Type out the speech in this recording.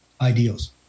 ideals